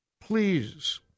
Please